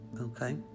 Okay